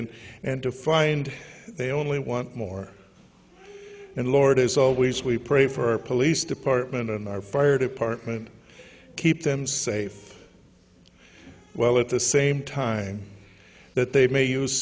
in and to find they only want more and lord as always we pray for our police department and our fire department keep them safe well at the same time that they may use